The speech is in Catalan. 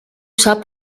sap